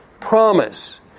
promise